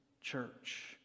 church